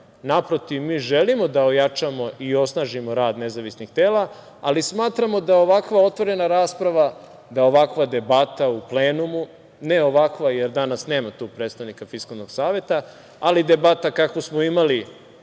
Naprotiv, mi želimo da ojačamo i osnažimo rad nezavisnih tela, ali smatramo da ovakva otvorena rasprava, da ovakva debata u plenumu, ne ovakva jer danas nema tu predstavnika Fiskalnog saveta, ali debata kakvu smo imali